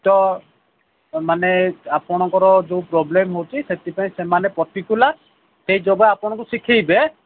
ତ ମାନେ ଆପଣଙ୍କର ଯୋଉ ପ୍ରୋବ୍ଲେମ୍ ହେଉଛି ସେଥିପାଇଁ ସେମାନେ ପଟିକୁଲାର୍ ସେହି ଯୋଗ ଆପଣଙ୍କୁ ଶିଖେଇବେ